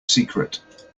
secret